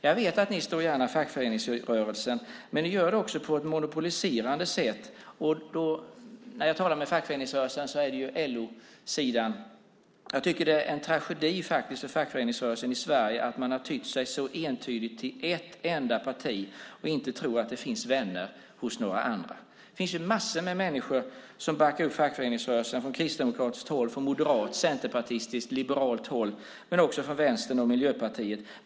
Jag vet att ni står nära fackföreningsrörelsen. Men ni gör det också på ett monopoliserande sätt. När jag talar om fackföreningsrörelsen är det LO-sidan jag menar. Jag tycker att det är en tragedi för fackföreningsrörelsen i Sverige att man har tytt sig så entydigt till ett enda parti och inte tror att det finns vänner hos några andra. Det finns massor av människor som backar upp fackföreningsrörelsen från kristdemokratiskt håll, från moderat, centerpartistiskt och liberalt håll, men också från Vänsterpartiet och Miljöpartiet.